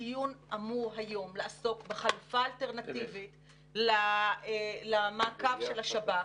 הדיון אמור היום לעסוק בחלופה אלטרנטיבית למעקב של השב"כ.